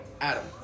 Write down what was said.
Adam